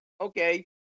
okay